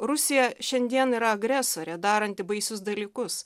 rusija šiandien yra agresorė daranti baisius dalykus